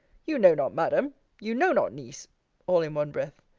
you know not, madam you know not, niece all in one breath.